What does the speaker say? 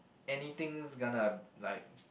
anything's gonna like